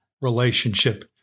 relationship